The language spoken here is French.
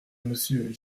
monsieur